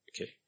Okay